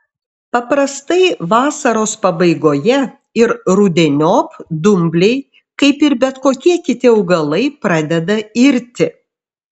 paprastai vasaros pabaigoje ir rudeniop dumbliai kaip ir bet kokie kiti augalai pradeda irti